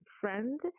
friend